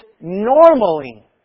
normally